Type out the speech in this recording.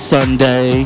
Sunday